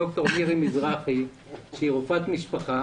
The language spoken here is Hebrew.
דוקטור מירי מזרחי שהיא רופאת משפחה